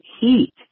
Heat